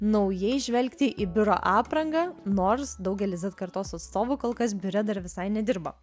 naujai žvelgti į biuro aprangą nors daugelis zet kartos atstovų kol kas biure dar visai nedirba